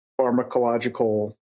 pharmacological